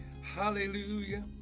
hallelujah